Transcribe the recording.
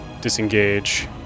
disengage